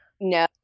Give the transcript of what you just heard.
No